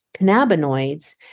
cannabinoids